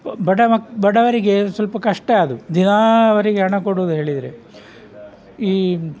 ಬಡ ಮ ಬಡವರಿಗೆ ಸ್ವಲ್ಪ ಕಷ್ಟ ಅದು ದಿನಾಲು ಅವರಿಗೆ ಹಣ ಕೊಡಲು ಹೇಳಿದರೆ ಈ